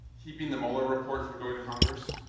keeping the mueller report from going to congress?